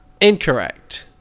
Incorrect